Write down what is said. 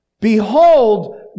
Behold